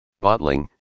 Bottling